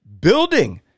building